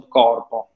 corpo